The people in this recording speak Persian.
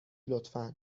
لطفا